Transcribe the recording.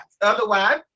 Otherwise